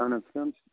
اَہَن حظ کٕم چھِ